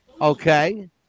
Okay